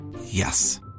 Yes